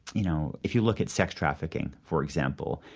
you know, if you look at sex trafficking, for example.